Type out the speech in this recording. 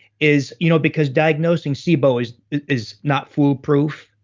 is you know, because diagnosing sibo is is not foolproof.